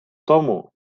тому